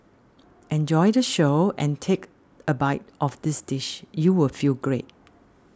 enjoy the show and take a bite of this dish you will feel great